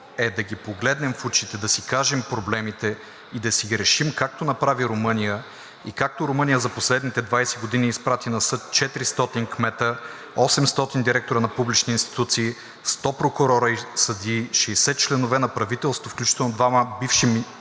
е да ги погледнем в очите, да си кажем проблемите и да си ги решим, както направи Румъния и както Румъния за последните 20 години изпрати на съд 400 кметове, 800 директори на публични институции, 100 прокурори и съдии, 60 членове на правителството, включително двама